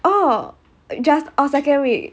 oh just orh second week